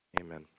Amen